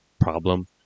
problem